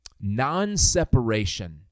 non-separation